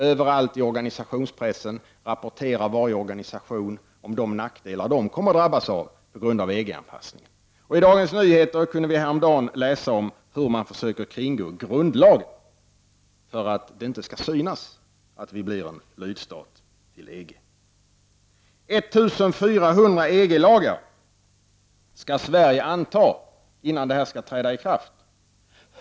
Överallt i organisationspressen rapporterar organisationerna om de nackdelar som de kommer att drabbas av till följd av en EG-anpassning. I Dagens Nyheter kunde vi häromdagen läsa om hur man försöker kringgå grundlagen för att det inte skall synas att Sverige blir en lydstat till EG. 1 400 EG-lagar skall Sverige anta före ikraftträdandet.